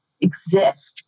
exist